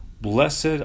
blessed